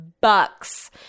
bucks